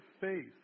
faith